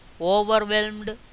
overwhelmed